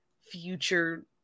future